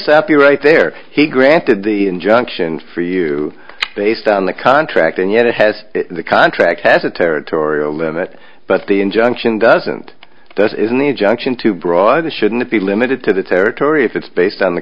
except you're right there he granted the injunction for you based on the contract and yet it has the contract has a territorial limit but the injunction doesn't this is an injunction too broad that shouldn't be limited to the territory if it's based on the